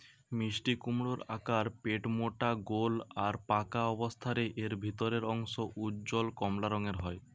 মিষ্টিকুমড়োর আকার পেটমোটা গোল আর পাকা অবস্থারে এর ভিতরের অংশ উজ্জ্বল কমলা রঙের হয়